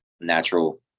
natural